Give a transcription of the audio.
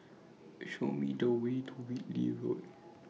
Show Me The Way to Whitley Road